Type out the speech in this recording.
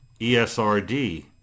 ESRD